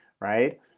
right